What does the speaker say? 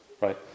right